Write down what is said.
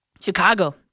Chicago